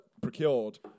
procured